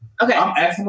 Okay